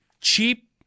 Cheap